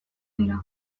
dira